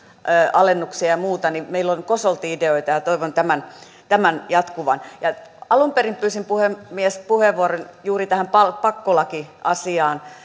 alennuksista ja muusta niin meillä on kosolti ideoita ja ja toivon tämän tämän jatkuvan ja alun perin pyysin puhemies puheenvuoron juuri tähän pakkolakiasiaan